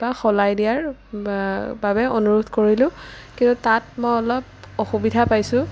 বা সলাই দিয়াৰ বাবে অনুৰোধ কৰিলোঁ কিন্তু তাত মই অলপ অসুবিধা পাইছোঁ